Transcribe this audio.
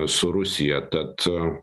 su rusija tad